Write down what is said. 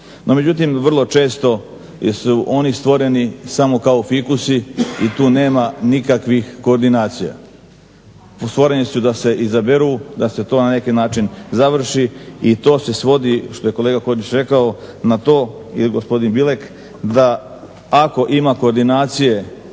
međutim, vrlo često jer su oni stvoreni samo kao fikusi i tu nema nikakvih koordinacija. Stvoreni su da se izaberu, da se to na neki način završi i to se svodi, što je kolega Hodžić rekao, na to ili gospodin Bilek da ako ima koordinacije